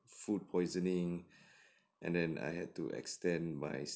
food poisoning and then I had to extend my